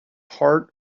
heart